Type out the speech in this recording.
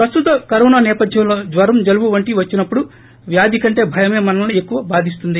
ప్రస్తుత కరోనా సేపధ్యంలో జ్వరం జలుబు వంటివి వచ్చినప్పుడు వ్యాధి కంటే భయమే మనల్సి ఎక్కవ బాధిస్తుంది